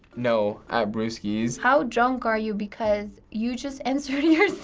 no, at brewskies. how drunk are you because you just answered